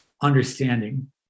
understanding